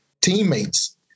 teammates